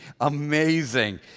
amazing